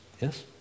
yes